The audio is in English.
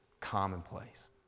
commonplace